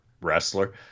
wrestler